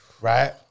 Right